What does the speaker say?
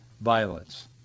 violence